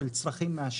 של צרכים מהשטח,